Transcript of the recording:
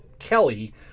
kelly